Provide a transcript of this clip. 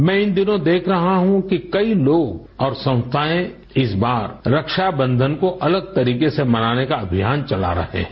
मैं इन दिनों देख रहा हूँ कि ेकई लोग और संस्थायें इस बार रक्षाबंधन को अलग तरीके से मनाने का अभियान चला रहें हैं